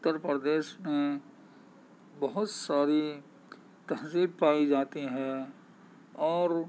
اتر پردیش میں بہت ساری تہذیب پائی جاتی ہیں اور